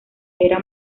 era